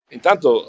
Intanto